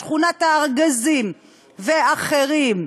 שכונת-הארגזים ואחרים,